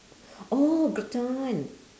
oh gratin